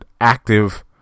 active